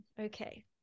Okay